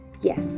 yes